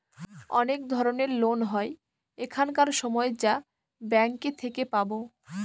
অনেক ধরনের লোন হয় এখানকার সময় যা ব্যাঙ্কে থেকে পাবো